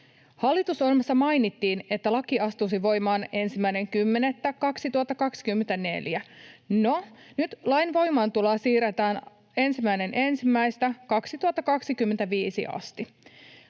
Hallitusohjelmassa mainittiin, että laki astuisi voimaan 1.10.2024. No, nyt lain voimaantuloa siirretään 1.1.2025 asti.